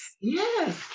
Yes